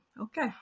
Okay